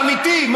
זה אמיתי.